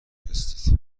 بفرستید